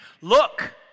look